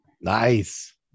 Nice